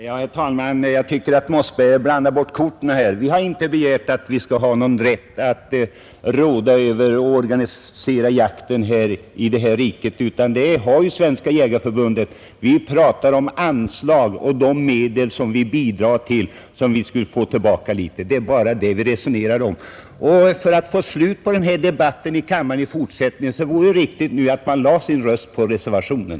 Herr talman! Jag tycker att herr Mossberger blandar bort korten här. Vi har inte begärt att vi skall ha någon rätt att råda över och organisera jakten i detta rike; den har ju Svenska jägareförbundet. Vi pratar om anslag, om att få tillbaka litet av de medel vi bidrar med. Det är bara det vi resonerar om. Vill man ha slut på denna debatt i kammaren i 107 fortsättningen vore det ju riktigt att man lade sin röst för reservationen!